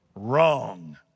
wrong